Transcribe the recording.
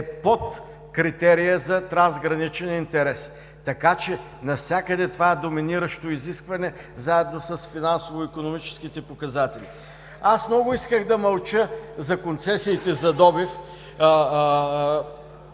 е под критерия за трансграничен интерес. Така че навсякъде това е доминиращо изискване заедно с финансово икономическите показатели. Много исках да мълча за концесиите за добив,